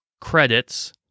credits